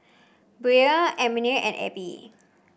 Brion Almina and Abbie